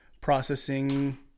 processing